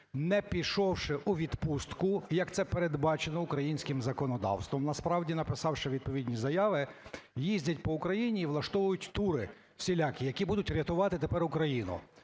не пішовши у відпустку, як це передбачено українським законодавством, насправді, написавши відповідні заяви, їздять по Україні і влаштовують тури всілякі, які будуть рятувати тепер Україну?